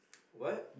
what